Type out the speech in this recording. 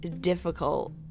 difficult